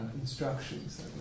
instructions